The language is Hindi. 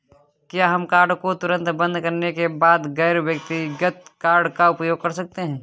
क्या हम कार्ड को तुरंत बंद करने के बाद गैर व्यक्तिगत कार्ड का उपयोग कर सकते हैं?